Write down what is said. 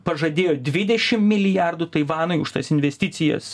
pažadėjo dvidešim milijardų taivanui už tas investicijas